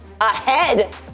ahead